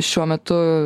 šiuo metu